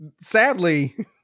sadly